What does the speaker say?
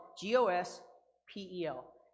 G-O-S-P-E-L